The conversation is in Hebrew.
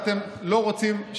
ואתם לא רוצים,